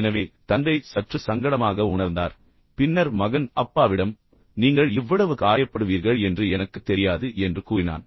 எனவே தந்தை சற்று சங்கடமாக உணர்ந்தார் பின்னர் மகன் அப்பாவிடம் நீங்கள் இவ்வளவு காயப்படுவீர்கள் என்று எனக்குத் தெரியாது என்று கூறினான்